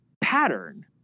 pattern